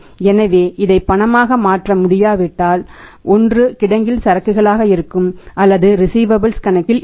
எனவே இதை பணமாக மாற்ற முடியா விட்டால் ஒன்று கிடங்கில் சரக்குகளாக இருக்கும் அல்லது ரிஸீவபல்ஸ் கணக்கில் இருக்கும்